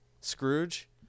Scrooge